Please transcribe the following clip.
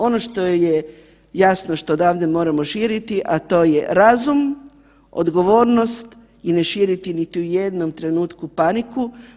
Ono što je jasno, što odavde moramo širiti, a to je razum, odgovornost i ne širiti niti u jednom trenutku paniku.